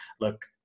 look